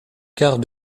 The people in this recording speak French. quart